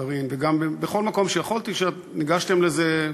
קארין, ובכל מקום שיכולתי, שניגשתם לזה,